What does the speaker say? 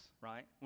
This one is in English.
right